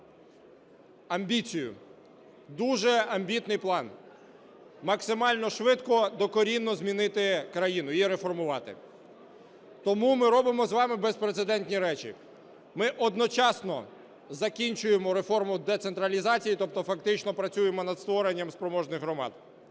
амбіцію, дуже амбітний план: максимально швидко докорінно змінити країну, її реформувати. Тому ми робимо з вами безпрецедентні речі. Ми одночасно закінчуємо реформу децентралізації, тобто фактично працюємо над створенням спроможних громад,